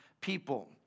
people